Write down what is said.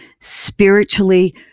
spiritually